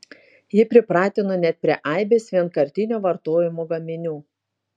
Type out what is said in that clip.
ji pripratino net prie aibės vienkartinio vartojimo gaminių